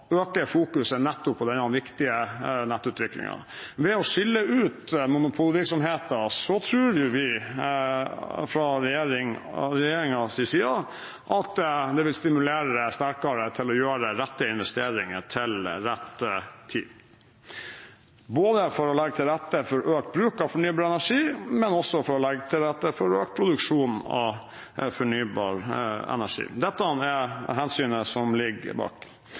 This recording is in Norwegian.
øke fokuset nettopp på denne viktige nettutviklingen. Ved å skille ut monopolvirksomheten tror vi fra regjeringens side at det vil stimulere sterkere til å gjøre rette investeringer til rett tid, ikke bare for å legge til rette for økt bruk av fornybar energi, men også for å legge til rette for økt produksjon av fornybar energi. Dette er hensynet som ligger bak